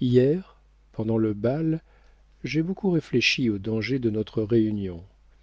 hier pendant le bal j'ai beaucoup réfléchi aux dangers de notre réunion